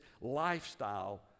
lifestyle